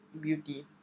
beauty